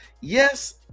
Yes